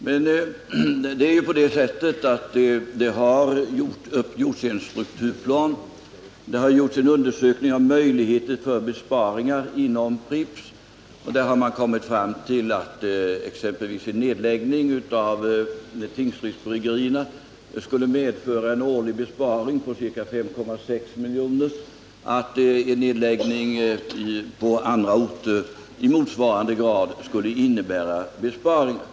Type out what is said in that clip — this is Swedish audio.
Men det har gjorts upp en strukturplan, det har gjorts en undersökning av möjligheter till besparingar inom Pripps, och man har kommit fram till att exempelvis en nedläggning av Tingsrydsbryggerierna skulle medföra en årlig besparing på ca 5,6 milj.kr. och att en nedläggning på andra orter i motsvarande grad skulle innebära besparingar.